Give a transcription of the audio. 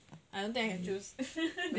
I don't think I can choose